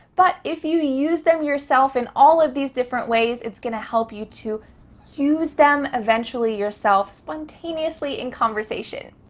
but if you use them yourself in all of these different ways, it's gonna help you to use them eventually yourself spontaneously in conversation.